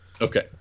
okay